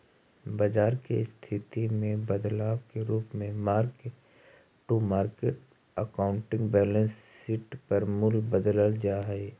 बाजार के स्थिति में बदलाव के रूप में mark to market accounting balance sheet पर मूल्य बदलल जा हई